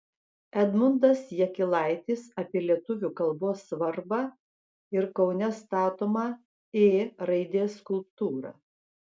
edmundas jakilaitis apie lietuvių kalbos svarbą ir kaune statomą ė raidės skulptūrą